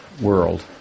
world